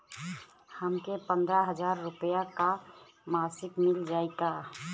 हमके पन्द्रह हजार रूपया क मासिक मिल जाई का?